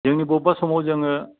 जोंनि बबेबा समाव जोङो